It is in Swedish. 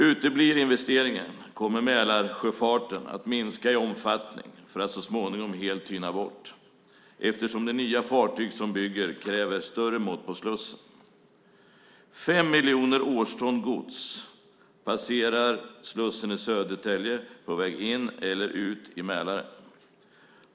Uteblir investeringen kommer Mälarsjöfarten att minska i omfattning för att så småningom helt tyna bort, eftersom de nya fartyg som byggs kräver större mått på slussen. 5 miljoner årston gods passerar slussen i Södertälje på väg in i eller ut från Mälaren.